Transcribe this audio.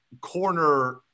corner